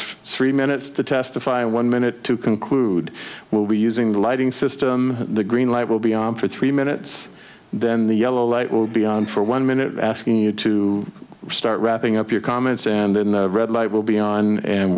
three minutes to testify and one minute to conclude will be using the lighting system the green light will be on for three minutes then the yellow light will be on for one minute asking you to start wrapping up your comments and then the red light will be on and